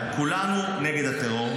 עמית הלוי (הליכוד):